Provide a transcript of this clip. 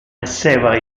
esseva